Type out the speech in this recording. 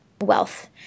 wealth